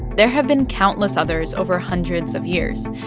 there have been countless others over hundreds of years.